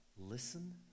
listen